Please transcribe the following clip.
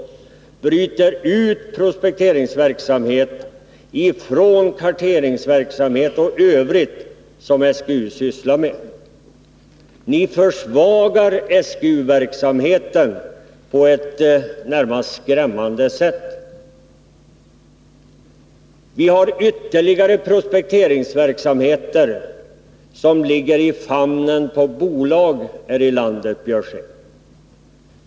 Ni bryter ut prospekteringsverksamheten från karteringsverksamheten och övrigt som SGU sysslar med. Därmed försvagar ni SGU-verksamheten på ett närmast skrämmande sätt. Vi har ytterligare prospekteringsverksamheter, som ligger i famnen på bolag här i landet, Karl Björzén.